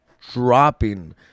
dropping